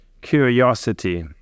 curiosity